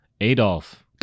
Adolf